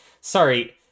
Sorry